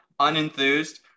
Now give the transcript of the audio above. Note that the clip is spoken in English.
unenthused